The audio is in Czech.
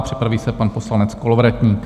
Připraví se pan poslanec Kolovratník.